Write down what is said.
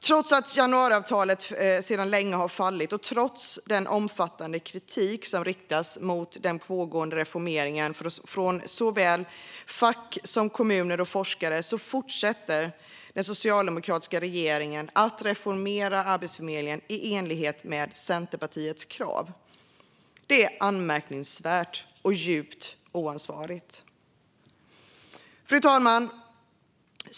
Trots att januariavtalet för länge sedan har fallit, och trots den omfattande kritik som riktats mot den pågående reformeringen från såväl fack som kommuner och forskare, fortsätter den socialdemokratiska regeringen att reformera Arbetsförmedlingen i enlighet med Centerpartiets krav. Det är anmärkningsvärt och djupt oansvarigt. Fru talman!